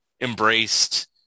embraced